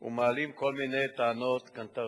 ומעלים כל מיני טענות קנטרניות.